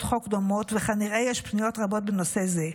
חוק דומות וכנראה יש פניות רבות בנושא זה,